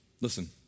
listen